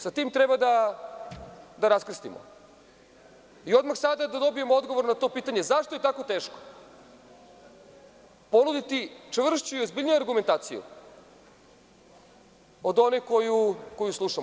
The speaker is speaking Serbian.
Sa tim treba da raskrstimo i odmah sada da dobijem odgovor na to pitanje – zašto je tako teško ponuditi čvršću i ozbiljniju argumentaciju od one koju slušamo?